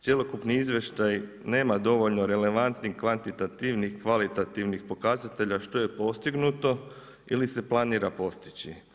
Cjelokupni izvještaj nema dovoljno relevantnih kvantitativnih, kvalitativnih pokazatelja što je postignuto ili se planira postići.